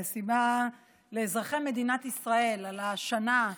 מסיבה לאזרחי מדינת ישראל על שנה,